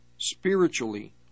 spiritually